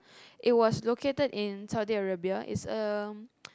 it was located in Saudi-Arabia it's a